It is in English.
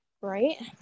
Right